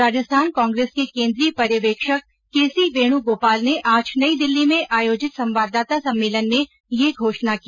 राजस्थान कांग्रेस के केन्द्रीय पर्यवेक्षक के सी वेणुगोपाल ने आज नई दिल्ली में आयोजित संवाददाता सम्मेलन में यह घोषणा की